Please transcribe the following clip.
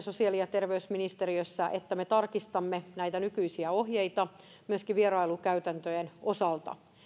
sosiaali ja terveysministeriössä siihen lopputulokseen että me tarkistamme näitä nykyisiä ohjeita myöskin vierailukäytäntöjen osalta